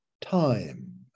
time